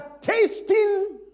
tasting